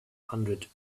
hundred